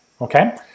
okay